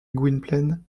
gwynplaine